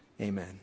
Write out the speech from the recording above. Amen